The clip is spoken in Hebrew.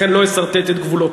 לכן לא אסרטט את גבולותיה.